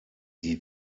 die